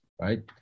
Right